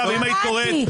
קראתי.